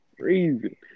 Crazy